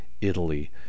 Italy